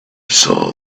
saw